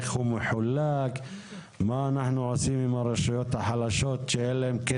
איך הוא מחולק,